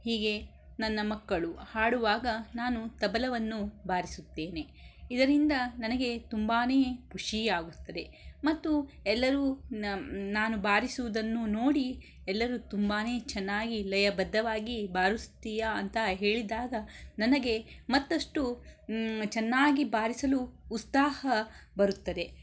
ಹೀಗೇ ನನ್ನ ಮಕ್ಕಳು ಹಾಡುವಾಗ ನಾನು ತಬಲವನ್ನು ಬಾರಿಸುತ್ತೇನೆ ಇದರಿಂದ ನನಗೆ ತುಂಬ ಖುಷಿ ಆಗುತ್ತದೆ ಮತ್ತು ಎಲ್ಲರೂ ನ ನಾನು ಬಾರಿಸುವುದನ್ನು ನೋಡಿ ಎಲ್ಲರು ತುಂಬ ಚೆನ್ನಾಗಿ ಲಯಬದ್ಧವಾಗಿ ಬಾರಿಸುತ್ತೀಯ ಅಂತ ಹೇಳಿದಾಗ ನನಗೆ ಮತ್ತಷ್ಟು ಚೆನ್ನಾಗಿ ಬಾರಿಸಲು ಉತ್ಸಾಹ ಬರುತ್ತದೆ